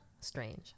strange